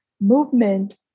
movement